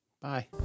Bye